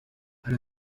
hari